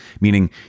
Meaning